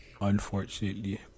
Unfortunately